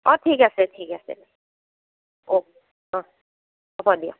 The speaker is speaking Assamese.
অ' অ' ঠিক আছে ঠিক আছে অ' অ' হ'ব দিয়ক